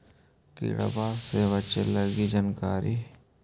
किड़बा से बचे के जानकारी?